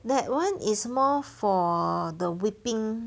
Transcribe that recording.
that [one] is more for the whipping